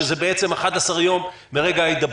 שזה בעצם 11 יום מרגע ההידבקות?